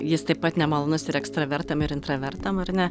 jis taip pat nemalonus ir ekstravertam ir intravertam ar ne